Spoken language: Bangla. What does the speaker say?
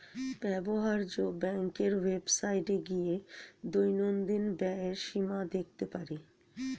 ব্যবহার্য ব্যাংকের ওয়েবসাইটে গিয়ে দৈনন্দিন ব্যয়ের সীমা দেখতে পারি